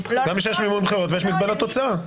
ויש מגבלת הוצאה.